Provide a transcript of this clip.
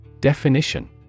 Definition